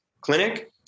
clinic